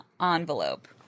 envelope